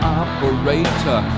operator